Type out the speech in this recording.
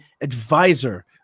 advisor